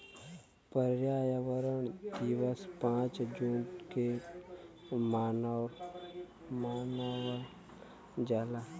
पर्यावरण दिवस पाँच जून के मनावल जाला